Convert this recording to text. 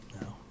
No